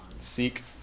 Seek